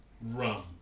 Rum